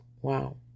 Wow